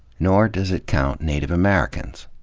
nor does it count native americans.